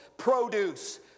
Produce